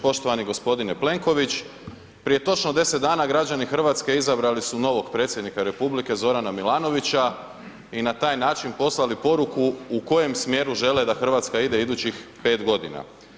Poštovani g. Plenković, prije točno 10 dana građani Hrvatske izabrali su novog Predsjednika Republike Zorana Milanovića i na taj način poslali poruku u kojem smjeru žele da Hrvatska ide idućih 5 godina.